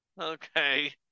Okay